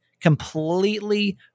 completely